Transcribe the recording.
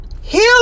Heal